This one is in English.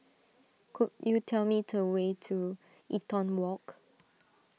could you tell me to way to Eaton Walk